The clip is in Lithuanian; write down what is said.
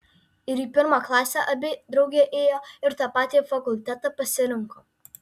ir į pirmą klasę abi drauge ėjo ir tą patį fakultetą pasirinko